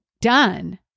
done